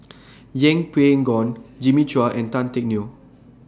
Yeng Pway Ngon Jimmy Chua and Tan Teck Neo